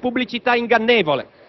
pubblicità ingannevole.